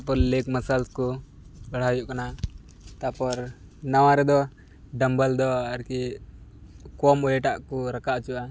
ᱛᱟᱯᱚᱨ ᱞᱮᱯᱷᱴ ᱢᱟᱥᱟᱞᱥᱠᱚ ᱵᱮᱲᱦᱟᱣ ᱦᱩᱭᱩᱜ ᱠᱟᱱᱟ ᱛᱟᱯᱚᱨ ᱱᱚᱣᱟ ᱨᱮᱫᱚ ᱰᱟᱢᱵᱮᱞ ᱫᱚ ᱟᱨᱠᱤ ᱠᱚᱢ ᱚᱭᱮᱴᱟᱜ ᱠᱚ ᱨᱟᱠᱟᱵ ᱚᱪᱚᱜᱼᱟ